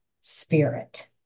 spirit